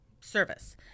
service